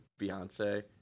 Beyonce